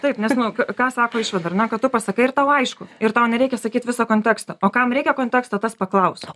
taip nes nu ką sako išvada ar ne kad tu pasakai ir tau aišku ir tau nereikia sakyt viso konteksto o kam reikia konteksto tas paklaus